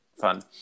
fun